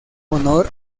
honor